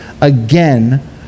again